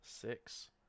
six